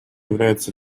является